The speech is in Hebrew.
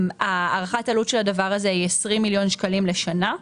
הערכת העלות של הדבר הזה היא 20 מיליון שקלים לשנה,